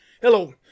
Hello